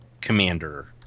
commander